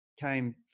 came